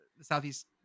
Southeast